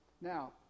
Now